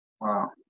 Wow